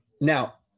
Now